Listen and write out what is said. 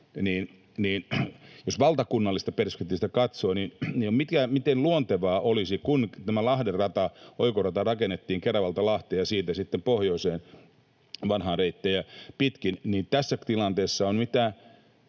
jos valtakunnallisesta perspektiivistä katsoo, niin miten luontevaa olisi, kun tämä Lahden oikorata rakennettiin Keravalta Lahteen ja siitä sitten pohjoiseen vanhoja reittejä pitkin, että tässä tilanteessa, voisiko